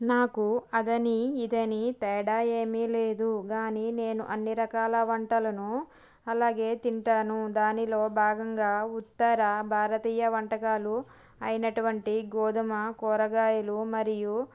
నాకు అదని ఇదని తేడా ఏమి లేదు గాని నేను అన్నీ రకాల వంటలను అలాగే తింటాను దానిలో భాగంగా ఉత్తర భారతీయ వంటకాలు అయినటువంటి గోధుమ కూరగాయలు మరియు